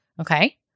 okay